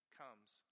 comes